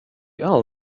all